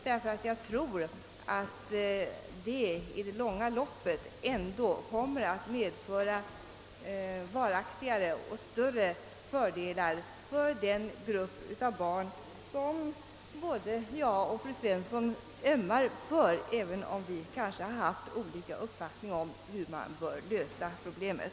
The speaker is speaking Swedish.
Jag tror nämligen att det i det långa loppet ändå kommer att medföra varaktigare och större fördelar för den grupp av barn som både jag och fru Svensson ömmar för, även om vi kanske har olika uppfattning om hur man bör lösa problemet.